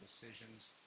decisions